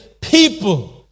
people